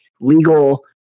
legal